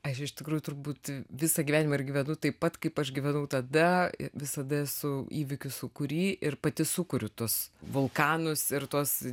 aš iš tikrųjų turbūt visą gyvenimą ir gyvenu taip pat kaip aš gyvenau tada visada esu įvykių sūkury ir pati sukuriu tuos vulkanus ir tuos